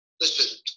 listen